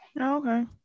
okay